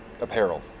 apparel